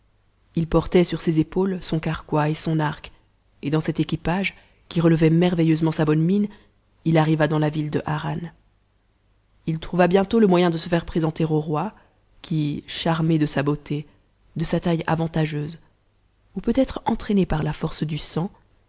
h portait sur ses épaules son carquois et son arc et dans cet équipage qui relevait merveilleusement sa bonne mine il arriva dans a ville de harran i trouva bientôt le moyen de se faire présenter au roi qui charmé de sa beauté de sa taille avantageuse ou peut-être entraîné par la force du sang